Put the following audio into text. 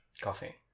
coffee